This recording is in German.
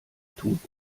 tut